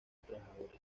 trabajadores